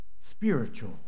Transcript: Spiritual